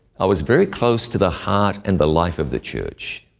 i was very close to the heart and the life of the church.